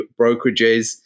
brokerages